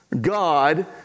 God